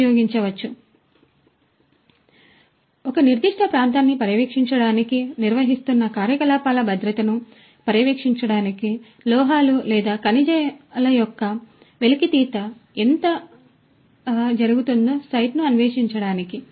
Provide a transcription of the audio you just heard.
కాబట్టి ఒక నిర్దిష్ట ప్రాంతాన్ని పర్యవేక్షించడానికి నిర్వహిస్తున్న కార్యకలాపాల భద్రతను పర్యవేక్షించడానికి లోహాలు లేదా ఖనిజాల యొక్క ఖనిజాల వెలికితీత ఎంత వెలికితీత మరియు వెలికితీత జరుగుతుందో సైట్ను అన్వేషించడానికి